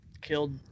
killed